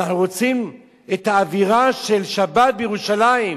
אנחנו רוצים את האווירה של שבת בירושלים.